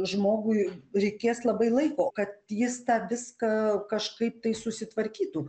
žmogui reikės labai laiko kad jis tą viską kažkaip tai susitvarkytų